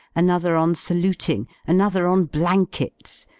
another on saluting, another on blankets,